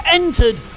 entered